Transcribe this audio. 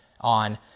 on